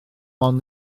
ond